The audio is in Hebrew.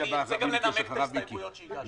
כמובן שארצה גם לנמק את ההסתייגויות שהגשנו.